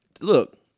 Look